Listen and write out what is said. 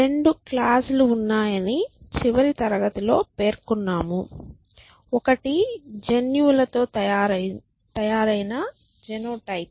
2 clause లు ఉన్నాయని చివరి తరగతిలో పేర్కొన్నాము ఒకటి జన్యువులతో తయారైన జెనోటైప్